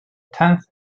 tenth